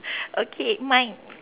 okay mine